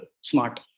smart